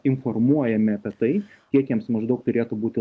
informuojami apie tai kiek jiems maždaug turėtų būti